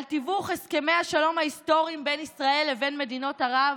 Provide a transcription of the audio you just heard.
על תיווך הסכמי השלום ההיסטוריים בין ישראל לבין מדינות ערב?